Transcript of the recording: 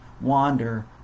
wander